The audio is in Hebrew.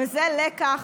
זה לא רק לקח